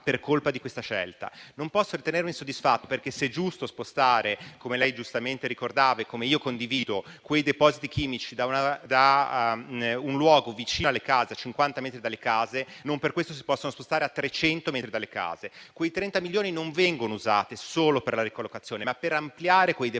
Non posso ritenermi soddisfatto perché, se è giusto spostare, come lei giustamente ricordava e come io condivido, quei depositi chimici da un luogo vicino alle case, a una distanza di 50 metri dalle case, non per questo si possono spostare a 300 metri dalle case. Quei 30 milioni non vengono usati solo per la ricollocazione, ma per ampliare quei depositi